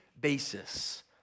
basis